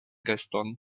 geston